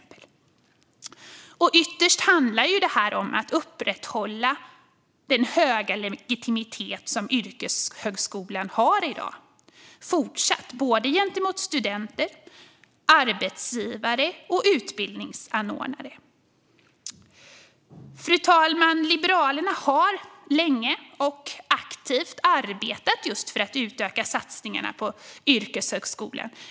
Ytterst handlar det om att upprätthålla den höga legitimitet som yrkeshögskolan har i dag, både gentemot studenter, arbetsgivare och utbildningsanordnare. Fru talman! Liberalerna har länge och aktivt arbetat för utökade satsningar på yrkeshögskolan.